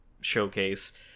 showcase